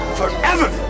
forever